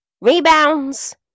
Rebounds